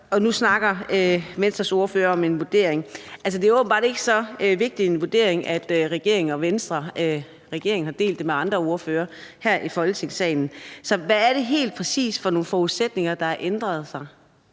nu snakker Venstres ordfører om en vurdering. Altså, det er åbenbart ikke så vigtig en vurdering, at regeringen har delt det med andre ordførere her i Folketingssalen. Så hvad er det helt præcis for nogle forudsætninger, der har ændret sig?